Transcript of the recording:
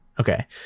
okay